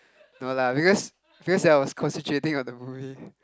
no lah because because I was concentrating on the movie